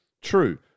True